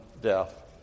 death